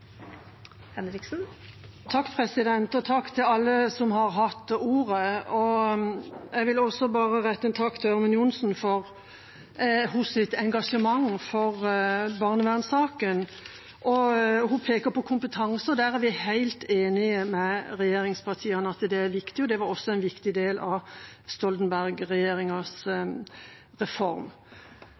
Takk til alle som har hatt ordet. Jeg vil også rette en takk til Ørmen Johnsen for hennes engasjement for barnevernssaken. Hun peker på kompetanse, og vi er helt enig med regjeringspartiene i at det er viktig. Det var også en viktig del av Stoltenberg-regjeringas reform.